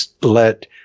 let